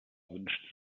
wünscht